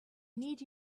need